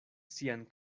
sian